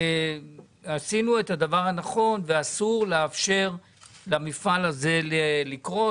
אסור לאפשר לו לקרוס.